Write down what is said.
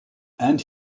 and